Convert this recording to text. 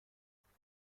اونجا